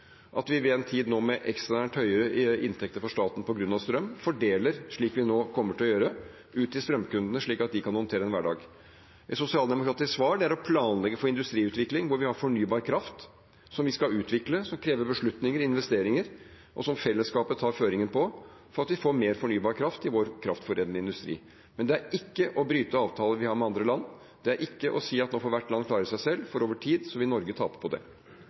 at vi en tid nå med ekstraordinært høye inntekter for staten på grunn av strøm fordeler slik vi nå kommer til å gjøre – ut til strømkundene, slik at de kan håndtere hverdagen. Et sosialdemokratisk svar er å planlegge for industriutvikling hvor vi har fornybar kraft – som vi skal utvikle, som krever beslutninger og investeringer, og som fellesskapet tar føringen på, slik at vi får mer fornybar kraft i vår kraftforedlende industri. Men det er ikke å bryte avtaler vi har med andre land, og det er ikke å si at nå får hvert land klare seg selv, for over tid vil Norge tape på det.